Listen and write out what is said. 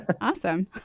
Awesome